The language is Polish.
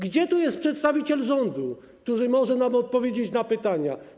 Gdzie jest przedstawiciel rządu, który może nam odpowiedzieć na pytania?